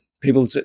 people